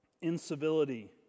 Incivility